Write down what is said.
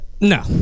No